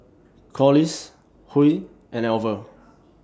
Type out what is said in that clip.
Collis Huy and Alver